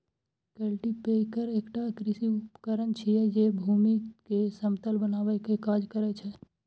cultipacker एकटा कृषि उपकरण छियै, जे भूमि कें समतल बनबै के काज करै छै